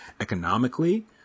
economically –